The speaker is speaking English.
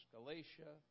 Galatia